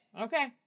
Okay